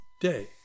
day